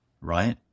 right